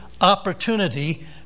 opportunity